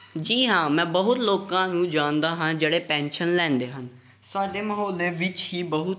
ਜੀ ਹਾਂ ਮੈਂ ਬਹੁਤ ਲੋਕਾਂ ਨੂੰ ਜਾਣਦਾ ਹਾਂ ਜਿਹੜੇ ਪੈਨਸ਼ਨ ਲੈਂਦੇ ਹਨ ਸਾਡੇ ਮੁਹੱਲੇ ਵਿੱਚ ਹੀ ਬਹੁਤ